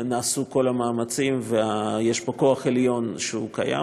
נעשו כל המאמצים ויש פה כוח עליון שקיים.